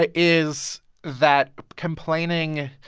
but is that complaining